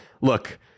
look